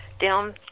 down